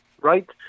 right